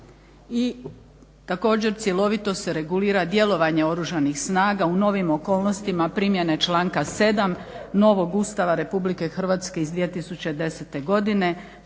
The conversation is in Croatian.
I također cjelovito se regulira djelovanje Oružanih snaga u novim okolnostima primjene članka 7. novog Ustava Republike Hrvatske iz 2010. godine,